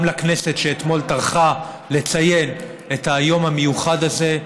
גם לכנסת, שאתמול טרחה לציין את היום המיוחד הזה.